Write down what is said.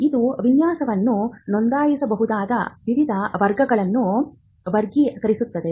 ಇದು ವಿನ್ಯಾಸವನ್ನು ನೋಂದಾಯಿಸಬಹುದಾದ ವಿವಿಧ ವರ್ಗಗಳನ್ನು ವರ್ಗೀಕರಿಸುತ್ತದೆ